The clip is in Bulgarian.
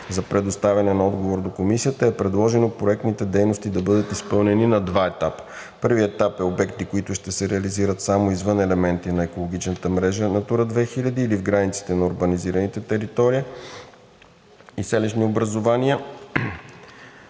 за предоставяне на отговор до Комисията, е предложено проектните дейности да бъдат изпълнени на два етапа. Първият етап е за обекти, които ще се реализират само извън елементи на екологичната мрежа „Натура 2000“ или в границите на урбанизираните територии и селищни образувания.